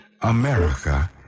America